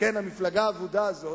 המפלגה האבודה הזאת,